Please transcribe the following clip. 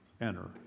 Enter